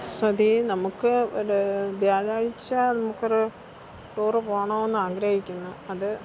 സതീ നമക്ക് ഒര് വ്യാഴാഴ്ച നമുക്കൊരു ടൂറ് പോകണമെന്ന് ആഗ്രഹിക്കുന്നു അത്